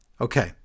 Okay